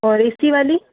और A C वाली